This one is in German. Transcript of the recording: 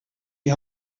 die